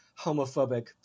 homophobic